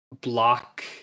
block